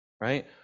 right